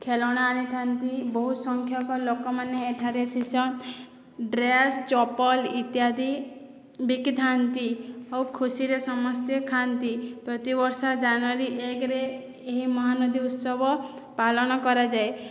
ଖେଳଣା ଅଣିଥାନ୍ତି ବହୁତ ସଂଖ୍ୟାକ ଲୋକମାନେ ଏଠାରେ ଥିସନ୍ ଡ୍ରେସ୍ ଚପଲ୍ ଇତ୍ୟାଦି ବିକିଥାନ୍ତି ଆଉ ଖୁସିରେ ସମସ୍ତେ ଖାଆନ୍ତି ପ୍ରତିବର୍ଷ ଜାନୁଆରୀ ଏକ୍ରେ ଏହି ମହାନଦୀ ଉତ୍ସବ ପାଳନ କରାଯାଏ